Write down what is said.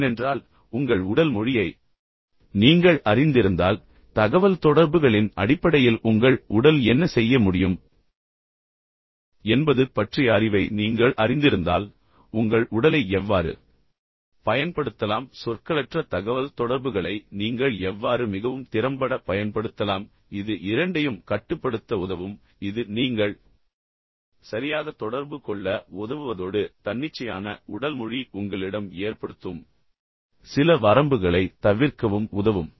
ஏனென்றால் உங்கள் உடல் மொழியை நீங்கள் அறிந்திருந்தால் தகவல்தொடர்புகளின் அடிப்படையில் உங்கள் உடல் என்ன செய்ய முடியும் என்பது பற்றிய அறிவை நீங்கள் அறிந்திருந்தால் உங்கள் உடலை எவ்வாறு பயன்படுத்தலாம் சொற்களற்ற தகவல்தொடர்புகளை நீங்கள் எவ்வாறு மிகவும் திறம்பட பயன்படுத்தலாம் இது இரண்டையும் கட்டுப்படுத்த உதவும் இது நீங்கள் சரியாக தொடர்பு கொள்ள உதவுவதோடு தன்னிச்சையான உடல் மொழி உங்களிடம் ஏற்படுத்தும் சில வரம்புகளைத் தவிர்க்கவும் உதவும்